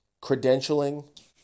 credentialing